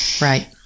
Right